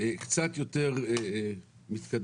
קצת יותר מתקדמות,